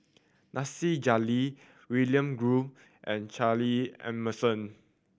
Nasir Jalil William Goode and Charles Emmerson